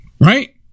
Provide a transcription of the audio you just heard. Right